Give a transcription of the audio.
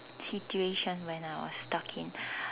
situation when I was stuck in